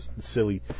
silly